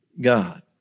God